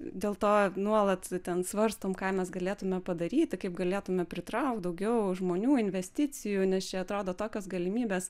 dėl to nuolat ten svarstom ką mes galėtume padaryti kaip galėtume pritraukt daugiau žmonių investicijų nes čia atrodo tokios galimybės